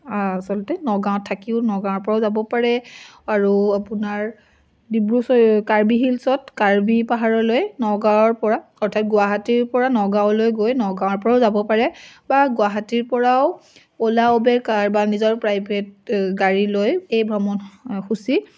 আচলতে নগাঁৱত থাকিও নগাঁৱৰ পৰাও যাব পাৰে আৰু আপোনাৰ ডিব্ৰু কাৰ্বি হিলচত কাৰ্বি পাহাৰলৈ নগাঁৱৰ পৰা অৰ্থাৎ গুৱাহাটীৰ পৰা নগাঁৱলৈ গৈ নগাঁৱৰ পৰাও যাব পাৰে বা গুৱাহাটীৰ পৰাও অ'লা উবেৰ কাৰ বা নিজৰ প্ৰাইভেট গাড়ী লৈ এই ভ্ৰমণসূচী